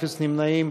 אפס נמנעים.